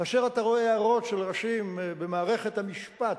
כאשר אתה רואה הערות של ראשים במערכת המשפט,